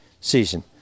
season